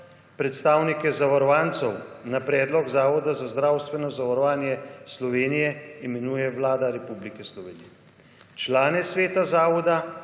predstavnike zavarovancev na predlog Zavoda za zdravstveno zavarovanje Slovenije imenuje Vlada Republike Slovenije. Člane sveta zavoda,